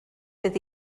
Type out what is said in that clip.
fydd